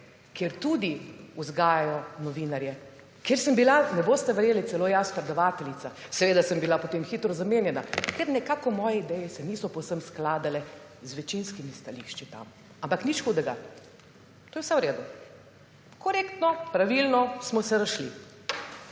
kjer tudi vzgajajo novinarje, kjer sem bila, ne boste verjeli, celo jaz predavateljica. Seveda sem bila potem hitro zamenjana, ker se nekako moje ideje tam niso povsem skladale z večinskimi stališči. Ampak nič hudega, to je vse v redu. Korektno, pravilno smo se razšli.